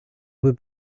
would